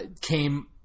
came